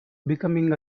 becoming